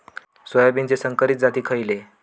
सोयाबीनचे संकरित जाती खयले?